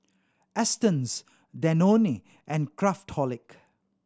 Astons Danone and Craftholic